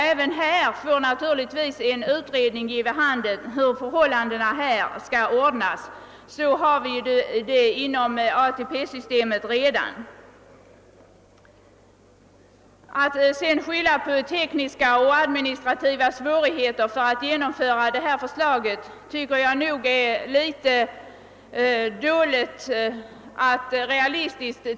Även härvidlag får givetvis en utredning ge vid handen hur förhållandena skall ordnas. Det är redan på detta sätt inom ATP-systemet. Att sedan skylla på tekniska och administrativa svårigheter att genomföra förslaget tycker jag inte är realistiskt.